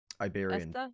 Iberian